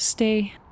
stay